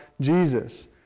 Jesus